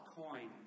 coin